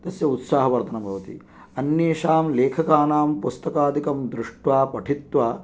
तस्य उत्साहवर्धनं भवति अन्येषां लेखकानां पुस्तकादिकं दृष्ट्वा पठित्वा